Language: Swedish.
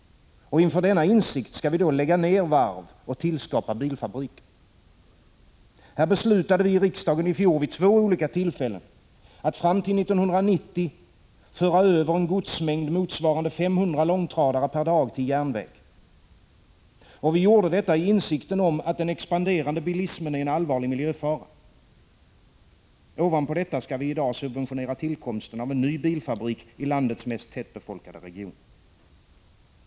Och inför denna insikt skall vi lägga ned varv och tillskapa bilfabriker! Vi beslutade i riksdagen i fjol vid två olika tillfällen, att fram till 1990 föra över en godsmängd motsvarande 500 långtradare per dag till järnväg. Vi gjorde detta i insikt om att den expanderande bilismen är en allvarlig miljöfara. Och ovanpå detta skall vi i dag subventionera tillkomsten av en ny bilfabrik i landets mest tättbefolkade region.